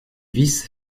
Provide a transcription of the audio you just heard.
vice